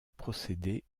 procéder